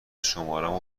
شمارمو